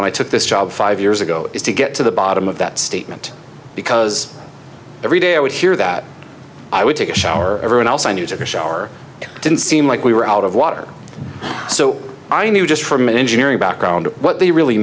when i took this job five years ago is to get to the bottom of that statement because every day i would hear that i would take a shower and i also knew that the shower didn't seem like we were out of water so i knew just from an engineering background what they really